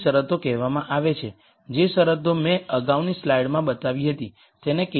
શરતો કહેવામાં આવે છે જે શરતો મેં અગાઉની સ્લાઇડમાં બતાવી હતી તેને કે